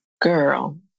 Girl